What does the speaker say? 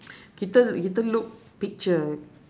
kita kita look picture